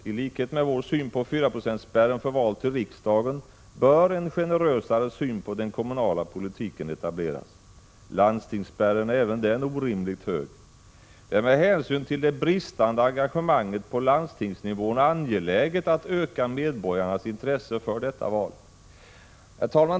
I överensstämmelse med vår syn på fyraprocentsspärren för val till riksdagen bör en generösare syn på den kommunala politiken etableras. Landstingsspärren är även den orimligt hög. Det är med hänsyn till det bristande engagemanget på landstingsnivån angeläget att öka medborgarnas intresse för detta val. Herr talman!